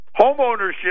Homeownership